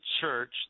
church